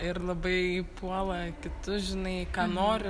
ir labai puola kitus žinai ką noriu